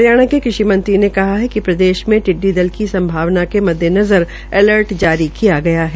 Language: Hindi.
हरियाणा के कृषि मंत्री ने कहा है कि प्रदेश में टिड्डी दल की सभावना के मद्देनज़र अलर्ट जारी किया गया है